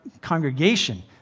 congregation